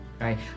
Right